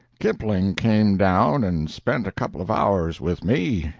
kipling came down and spent a couple of hours with me,